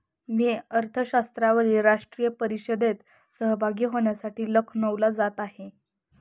मी अर्थशास्त्रावरील राष्ट्रीय परिषदेत सहभागी होण्यासाठी लखनौला जात आहे